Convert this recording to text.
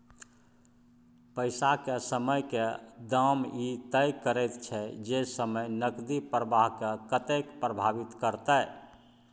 पैसा के समयक दाम ई तय करैत छै जे समय नकदी प्रवाह के कतेक प्रभावित करते